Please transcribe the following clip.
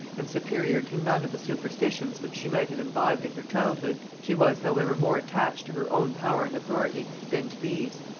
and superior to none of the superstitions which she might have imbibed in her childhood, she was however more attached to her own power and authority than to these.